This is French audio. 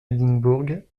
édimbourg